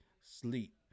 sleep